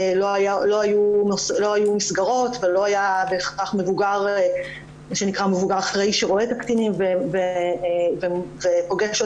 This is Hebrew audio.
לא היו מסגרות ולא היה מבוגר אחראי שרואה את הקטינים ופוגש אותם,